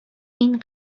این